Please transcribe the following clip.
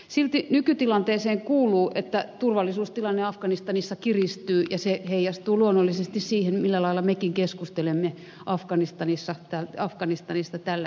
silti nykytilanteeseen kuuluu että turvallisuustilanne afganistanissa kiristyy ja se heijastuu luonnollisesti siihen millä lailla mekin keskustelemme afganistanista tällä hetkellä